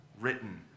written